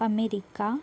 America